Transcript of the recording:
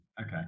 Okay